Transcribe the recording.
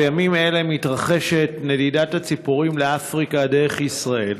בימים אלה מתרחשת נדידת הציפורים לאפריקה דרך ישראל.